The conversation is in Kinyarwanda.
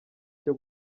cyo